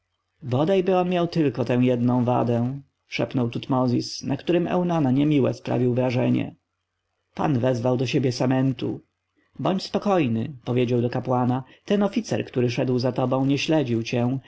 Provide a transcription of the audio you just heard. bodajby on miał tylko tę jedną wadę szepnął tutmozis na którym eunana niemiłe zrobił wrażenie pan wezwał do siebie samentu bądź spokojny powiedział do kapłana ten oficer który szedł za tobą nie śledził cię